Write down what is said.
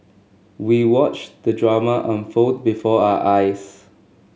we watched the drama unfold before our eyes